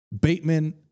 Bateman